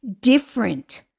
Different